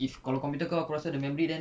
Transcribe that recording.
if kalau computer kau aku rasa ada memory then